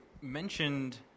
mentioned